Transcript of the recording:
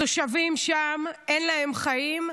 לתושבים שם אין חיים,